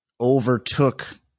overtook